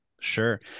Sure